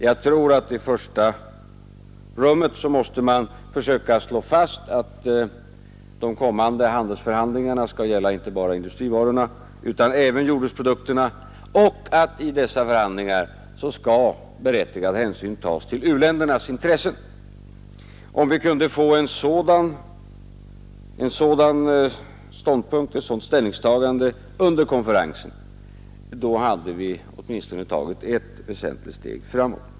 Jag tror att man i första rummet måste försöka slå fast att de kommande handelsförhandlingarna inte skall gälla bara industrivarorna utan även jordbruksprodukterna och att berättigad hänsyn skall tas till u-ländernas intressen. Om vi kunde få ett sådant ställningstagande under konferensen hade vi åtminstone tagit ett väsentligt steg framåt.